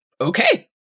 Okay